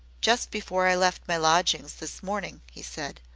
just before i left my lodgings this morning, he said,